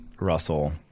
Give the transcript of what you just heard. Russell